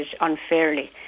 unfairly